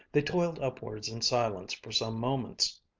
they toiled upwards in silence for some moments,